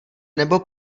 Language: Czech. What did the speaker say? nebo